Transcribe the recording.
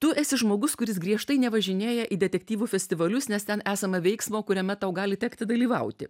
tu esi žmogus kuris griežtai nevažinėja į detektyvų festivalius nes ten esama veiksmo kuriame tau gali tekti dalyvauti